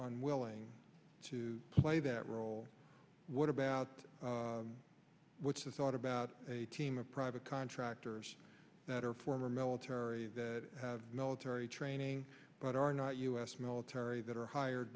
on willing to play that role what about what's a thought about a team of private contractors that are former military that have military training but are not u s military that are hired